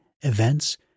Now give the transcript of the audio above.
events